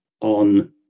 on